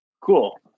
Cool